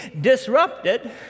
disrupted